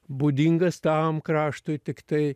būdingas tam kraštui tiktai